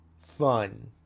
fun